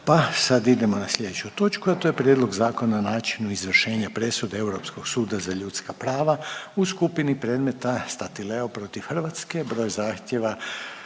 pa sad idemo na sljedeću točku, a to je: - Prijedlog Zakona o načinu izvršenja presuda Europskog suda za ljudska prava u skupni predmeta Statileo protiv Hrvatske (Broj zahtjeva: